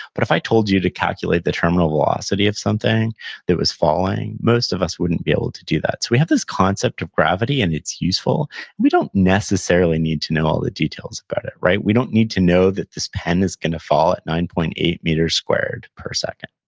but if i told you to calculate the terminal velocity of something that was falling, most of us wouldn't be able to do that, so we have this concept of gravity, and it's useful, but we don't necessarily need to know all the details about it, right? we don't need to know that this pen is gonna fall at nine point eight meters squared per second.